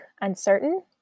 uncertain